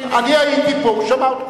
אני הייתי פה, הוא שמע אותו.